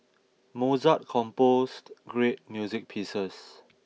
Mozart composed great music pieces